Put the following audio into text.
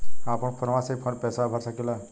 हम अपना फोनवा से ही पेसवा भर सकी ला?